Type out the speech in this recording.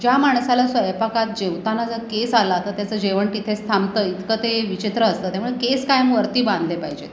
ज्या माणसाला स्वयंपाकात जेवताना जर केस आला तर त्याचं जेवण तिथेच थांबतं इतकं ते विचित्र असतं त्यामुळे केस कायम वरती बांधले पाहिजेत